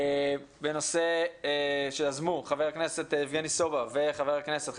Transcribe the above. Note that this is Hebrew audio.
בנושא שיזמו חבר הכנסת יבגני סובה וחבר הכנסת,